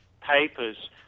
papers